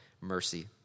mercy